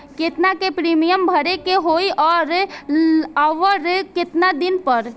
केतना के प्रीमियम भरे के होई और आऊर केतना दिन पर?